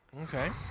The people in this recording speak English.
Okay